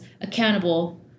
accountable